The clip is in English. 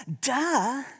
duh